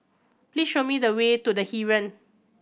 please show me the way to The Heeren